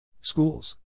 Schools